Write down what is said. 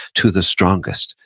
to the strongest,